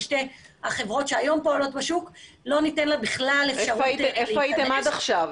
בשתי החברות שהיום פועלות בשוק- - איפה הייתם עד עכשיו,